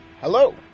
Hello